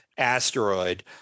Asteroid